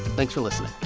thanks for listening